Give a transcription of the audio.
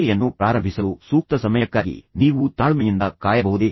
ಕ್ರೆಯೆಯನ್ನು ಪ್ರಾರಂಭಿಸಲು ಸೂಕ್ತ ಸಮಯಕ್ಕಾಗಿ ನೀವು ತಾಳ್ಮೆಯಿಂದ ಕಾಯಬಹುದೇ